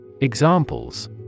Examples